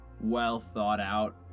well-thought-out